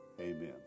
amen